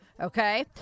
Okay